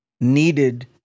needed